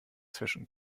zwischen